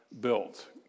built